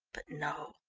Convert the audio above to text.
but no,